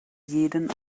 jeden